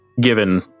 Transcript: given